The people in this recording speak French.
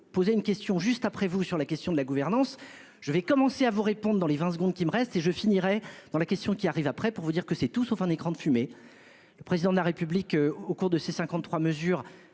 poser une question juste après vous sur la question de la gouvernance. Je vais commencer à vous répondre dans les 20 secondes qui me restent et je finirai dans la question qui arrive après pour vous dire que c'est tout sauf un écran de fumée. Le président de la République au cours de ses 53 mesure